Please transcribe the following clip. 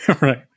Right